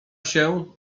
się